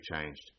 changed